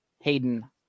Hayden